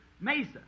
mesa